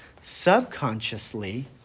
subconsciously